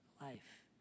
life